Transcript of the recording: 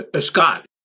Scott